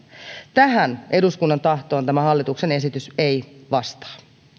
tähän eduskunnan tahtoon tämä hallituksen esitys ei vastaa